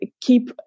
keep